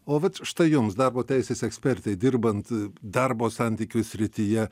o vat štai jums darbo teisės ekspertei dirbant darbo santykių srityje